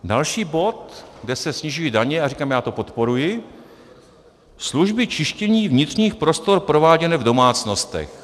Další bod, kde se snižují daně a říkám, já to podporuji: služby čištění vnitřních prostor prováděné v domácnostech.